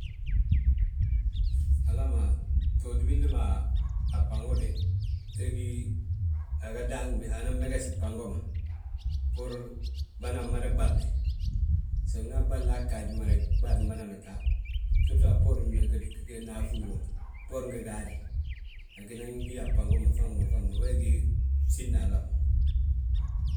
Alama, btooti billi be a fbago de, wegí aga, megesi fbango ma, bbúr bânan mada ɓalle. So nda aɓallaa ggaaji ma reg, bâa tti madana taa, sirtú a bboorin nafúl wo, bboorin gigaade, ginan gí a fbango ma faŋ ma, wee gí bsínna alam ma.